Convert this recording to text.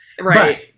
Right